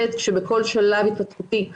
צעירים וצעירות" שיכול להיות שגם הם יצטרכו להיות